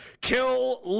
Kill